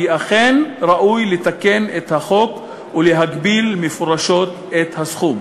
כי אכן ראוי לתקן את החוק ולהגביל מפורשות את הסכום.